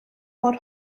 pot